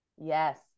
yes